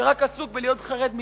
שרק עסוק בלהיות חרד מכם.